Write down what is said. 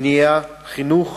מניעה וחינוך,